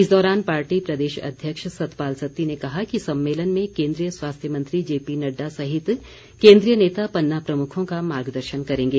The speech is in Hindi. इस दौरान पार्टी प्रदेश अध्यक्ष सतपाल सत्ती ने कहा कि सम्मेलन में केन्द्रीय स्वास्थ्य मंत्री जेपी नड्डा सहित केन्द्रीय नेता पन्ना प्रमुखों का मार्गदर्शन करेंगे